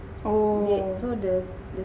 oh